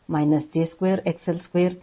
ಆದರೆ j 2ಇದು 1 ಆಗಿದೆ